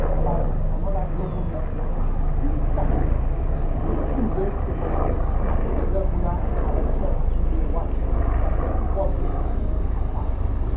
by another global network of sixteen times two-raised-to-power sixteen regular and short email wires that were equal distances apart.